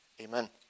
Amen